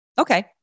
Okay